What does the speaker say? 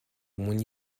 when